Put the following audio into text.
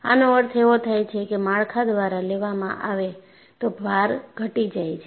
આનો અર્થ એવો થાય છે કે માળખાં દ્વારા લેવામાં આવે તો ભાર ઘટી જાય છે